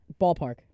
Ballpark